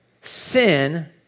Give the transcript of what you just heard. sin